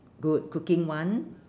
good cooking one